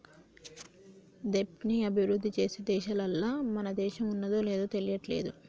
దెబ్ట్ ని అభిరుద్ధి చేసే దేశాలల్ల మన దేశం ఉన్నాదో లేదు తెలియట్లేదు